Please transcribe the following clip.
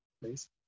please